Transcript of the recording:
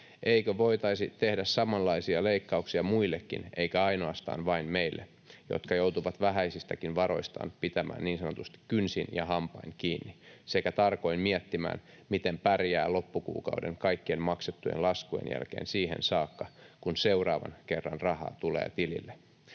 Eikö voitaisi tehdä samanlaisia leikkauksia muillekin eikä ainoastaan vain meille, jotka joudumme vähäisistäkin varoista pitämään niin sanotusti kynsin ja hampain kiinni sekä tarkoin miettimään, miten pärjää loppukuukauden kaikkien maksettujen laskujen jälkeen siihen saakka, kun seuraavan kerran rahaa tulee tilille?